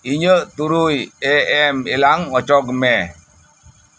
ᱤᱧᱟᱹᱜ ᱛᱩᱨᱩᱭ ᱮ ᱮᱢ ᱮᱞᱟᱨᱢ ᱚᱪᱚᱜᱽ ᱢᱮ